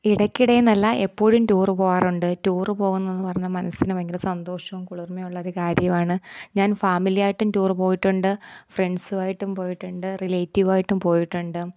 ഇടയ്ക്കിടെ എന്നല്ല എപ്പോഴും ടൂർ പോകാറുണ്ട് ടൂർ പോകുന്നതെന്ന് പറഞ്ഞാൽ മനസ്സിന് ഭയങ്കര സന്തോഷവും കുളിർമയുള്ളൊരു കാര്യമാണ് ഞാൻ ഫാമിലിയായിട്ടും ടൂർ പോയിട്ടുണ്ട് ഫ്രണ്ട്സുമായിട്ടും പോയിട്ടുണ്ട് റിലേറ്റീവുമായിട്ടും പോയിട്ടുണ്ട്